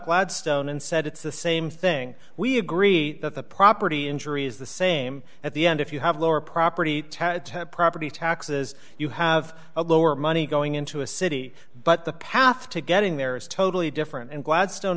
gladstone and said it's the same thing we agree that the property injury is the same at the end if you have lower property tat tat property taxes you have a lower money going into a city but the path to getting there is totally different and gladstone